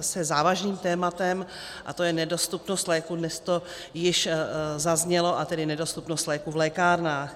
se závažným tématem, a to je nedostupnost léků dnes to již zaznělo a tedy nedostupnost léků v lékárnách.